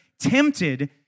tempted